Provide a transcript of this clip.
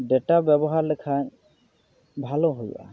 data ᱵᱮᱵᱚᱦᱟᱨ ᱞᱮᱠᱷᱟᱱ ᱵᱷᱟᱞᱮ ᱦᱩᱭᱩᱜᱼᱟ